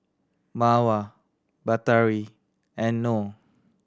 Mawar Batari and Noh